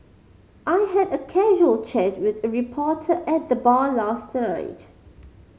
I had a casual chat with a reporter at the bar last night